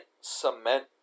cement